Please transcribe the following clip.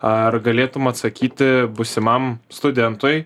ar galėtum atsakyti būsimam studentui